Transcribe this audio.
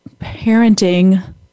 parenting